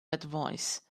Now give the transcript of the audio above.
advice